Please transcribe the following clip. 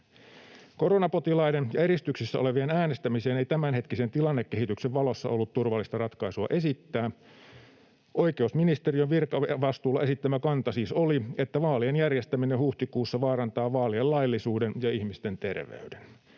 Koronapotilaiden ja eristyksissä olevien äänestämiseen ei tämänhetkisen tilannekehityksen valossa ollut turvallista ratkaisua esittää. Oikeusministeriön virkavastuulla esittämä kanta siis oli, että vaalien järjestäminen huhtikuussa vaarantaa vaalien laillisuuden ja ihmisten terveyden.